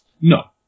No